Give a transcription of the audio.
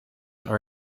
are